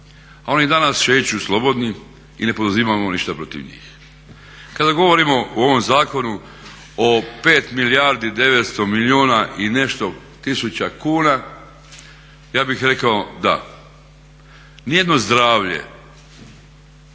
A oni danas šeću slobodni i ne poduzimamo ništa protiv njih. Kada govorimo o ovom zakonu o 5 milijardi 900 milijuna i nešto tisuća kuna ja bih rekao da nijedno zdravlje